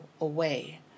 away